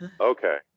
Okay